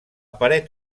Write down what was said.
paret